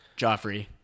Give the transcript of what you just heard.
Joffrey